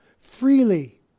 freely